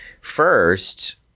first